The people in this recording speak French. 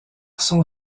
son